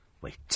Wait